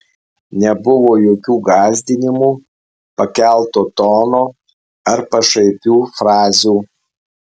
nebuvo jokių gąsdinimų pakelto tono ar pašaipių frazių